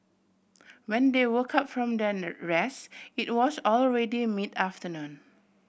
when they woke up from their rest it was already mid afternoon